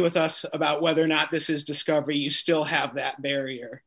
with us about whether or not this is discovery you still have that barrier